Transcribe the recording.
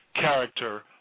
Character